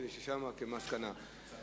כדי ששם תהיה מסקנה.